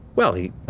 well, he